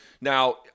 Now